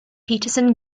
peterson